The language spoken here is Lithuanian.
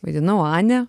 vaidinau anę